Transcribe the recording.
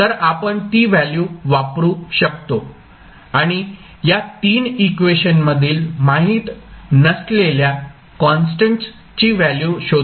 तर आपण ती व्हॅल्यू वापरू शकतो आणि या तीन इक्वेशन मधील माहित नसलेल्या कॉन्स्टन्स ची व्हॅल्यू शोधू शकतो